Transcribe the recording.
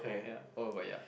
ya oh but ya